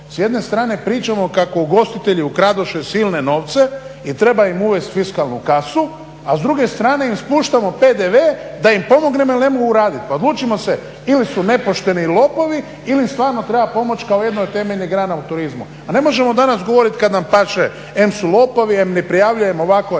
S jedne strane pričamo kako ugostitelji ukradoše silne novce i treba im uvesti fiskalnu kasu, a s druge strane im spuštamo PDV da im pomognemo jer ne mogu raditi. Pa odlučimo se ili su nepošteni lopovi ili im stvarno treba pomoći kao jednoj od temeljnih grana u turizmu. Pa ne možemo danas govoriti kad nam paše em su lopovi, em ne prijavljujemo, ovako, onako,